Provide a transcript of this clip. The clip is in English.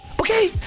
Okay